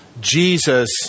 Jesus